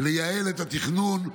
לייעל את התכנון,